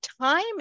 time